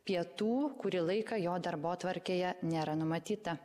pietų kurį laiką jo darbotvarkėje nėra numatyta